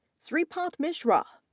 sripath mishra,